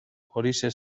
horixe